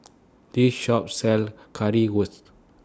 This Shop sells Currywurst